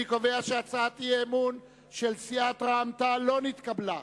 אני קובע שהצעת האי-אמון של סיעת רע"ם-תע"ל לא נתקבלה.